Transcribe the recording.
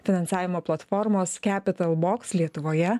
finansavimo platformos capitalbox lietuvoje